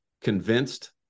convinced